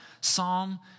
Psalm